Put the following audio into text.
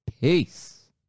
peace